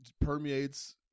permeates